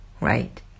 right